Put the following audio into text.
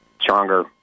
stronger